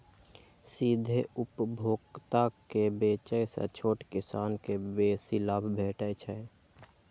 सीधे उपभोक्ता के बेचय सं छोट किसान कें बेसी लाभ भेटै छै